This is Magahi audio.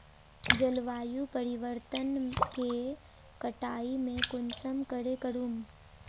जलवायु परिवर्तन के कटाई में कुंसम करे करूम?